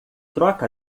troca